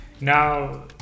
now